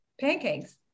Pancakes